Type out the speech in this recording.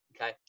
Okay